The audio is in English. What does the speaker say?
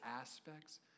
aspects